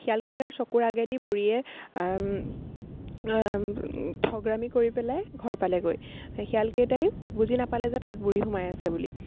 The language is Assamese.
শিয়ালকেইটাৰ চকুৰ আগেদি বুঢ়ীয়ে ঠগৰামি কৰি পেলাই ঘৰ পালেগৈ সেই শিয়ালকেইটাইও বুজি নাপালে যে তাত বুঢ়ী সোমাই আছে বুলি